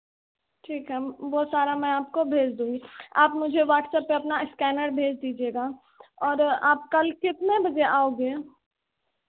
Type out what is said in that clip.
ठीक है वह सारा मैं आपको भेज दूँगी आप मुझे व्हाट्सएप पर अपना इस्कैनर भेज दीजिएगा और आप कल कितने बजे आओगे